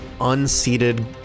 unseated